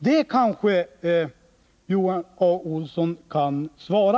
Det kan kanske Johan A. Olsson förklara.